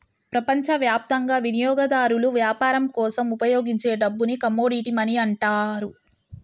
ప్రపంచవ్యాప్తంగా వినియోగదారులు వ్యాపారం కోసం ఉపయోగించే డబ్బుని కమోడిటీ మనీ అంటారు